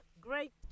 Great